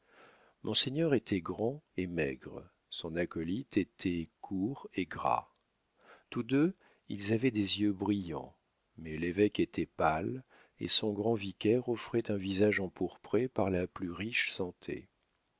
monseigneur était grand et maigre son acolyte était court et gras tous deux ils avaient des yeux brillants mais l'évêque était pâle et son grand vicaire offrait un visage empourpré par la plus riche santé